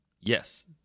Yes